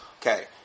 Okay